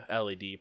LED